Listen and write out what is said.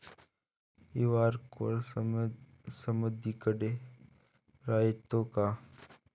QR code समदीकडे रायतो का?